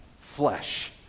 flesh